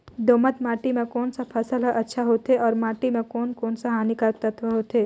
दोमट माटी मां कोन सा फसल ह अच्छा होथे अउर माटी म कोन कोन स हानिकारक तत्व होथे?